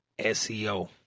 SEO